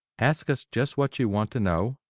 ask us just what you want to know,